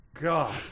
God